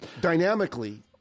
dynamically